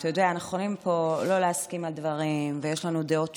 אנחנו יכולים פה לא להסכים על דברים ויש לנו דעות שונות,